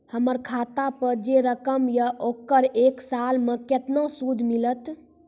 हमर खाता पे जे रकम या ओकर एक साल मे केतना सूद मिलत?